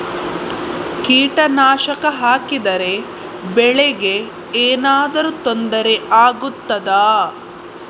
ಕೀಟನಾಶಕ ಹಾಕಿದರೆ ಬೆಳೆಗೆ ಏನಾದರೂ ತೊಂದರೆ ಆಗುತ್ತದಾ?